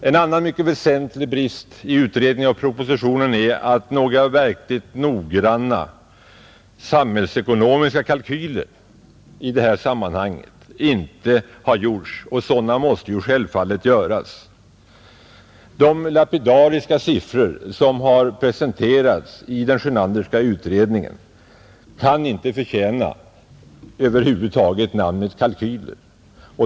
En annan mycket väsentlig brist i utredningen och propositionen är att några verkligt noggranna samhällsekonomiska kalkyler i detta sammanhang inte har gjorts, och sådana måste självfallet göras. De lapidariska siffror som har presenterats i den Sjönanderska utredningen kan över huvud taget inte förtjäna benämningen kalkyler.